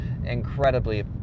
incredibly